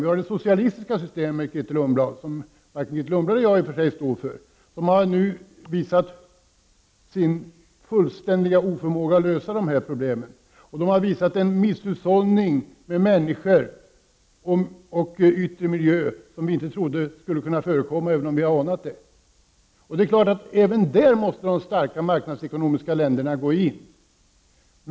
Vi har det socialistiska systemet, Grethe Lundblad, som i och för sig varken Grethe Lundblad eller jag står för, som nu har visat sin fullständiga oförmåga att lösa dessa problem. Det har visat en misshushållning med människor och yttre miljö som vi inte trodde skulle kunna förekomma, även om vi har anat det. Även där måste de starka marknadsekonomiska länderna gå in.